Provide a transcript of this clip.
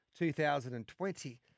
2020